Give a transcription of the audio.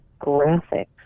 graphics